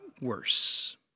worse